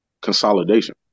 consolidation